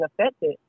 affected